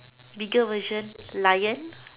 bigger version lion